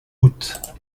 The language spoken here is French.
août